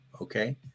Okay